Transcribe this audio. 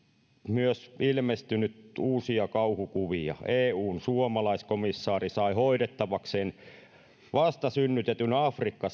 myös ilmestynyt uusia kauhukuvia eun suomalaiskomissaari sai hoidettavakseen vastasynnytetyn afrikka